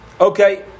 Okay